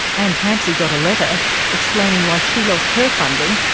and campsie got a letter explaining why she lost her funding,